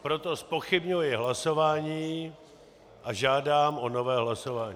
Proto zpochybňuji hlasování a žádám o nové hlasování.